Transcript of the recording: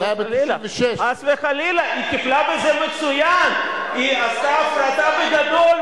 היו 27 חברים בסיעת הליכוד,